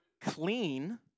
clean